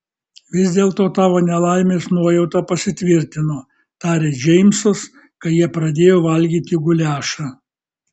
vis dėlto tavo nelaimės nuojauta pasitvirtino tarė džeimsas kai jie pradėjo valgyti guliašą